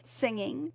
singing